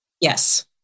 Yes